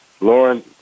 Lauren